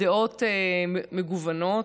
הדעות מגוונות.